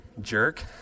Jerk